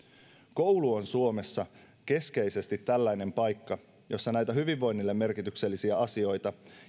koulu on suomessa keskeisesti tällainen paikka jossa näitä hyvinvoinnille merkityksellisiä asioita